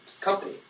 company